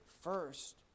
first